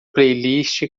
playlist